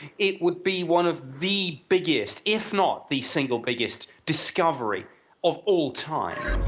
it would be one of the biggest if not the single biggest discovery of all time